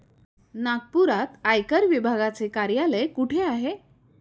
नागपुरात आयकर विभागाचे कार्यालय कुठे आहे?